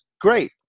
great